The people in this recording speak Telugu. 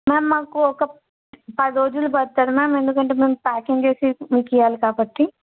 మ్యామ్ మాకు ఒక పది రోజులు పడుతుంది మ్యామ్ ఎందుకంటే మేము ప్యాకింగ్ చేసేసి మీకు ఇవ్వాలి కాబట్టి